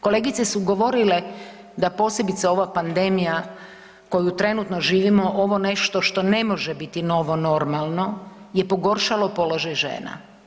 Kolegice su govorile da posebice ova pandemija koju trenutno živimo, ovo nešto što ne može biti novo normalno je pogoršalo položaj žena.